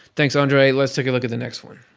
thanks andre. let's take a look at the next one.